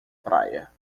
praia